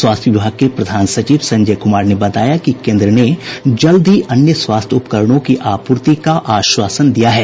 स्वास्थ्य विभाग के प्रधान सचिव संजय कुमार ने बताया कि केंद्र ने जल्द ही अन्य स्वास्थ्य उपकरणों की आपूर्ति का आश्वासन दिया है